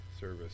service